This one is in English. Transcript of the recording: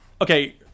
Okay